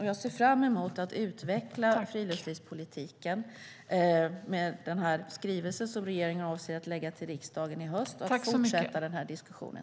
Jag ser fram emot att utveckla friluftslivspolitiken med den skrivelse som regeringen avser att lämna till riksdagen i höst och att fortsätta den här diskussionen.